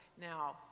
Now